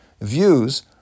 views